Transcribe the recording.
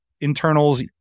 internals